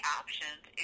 options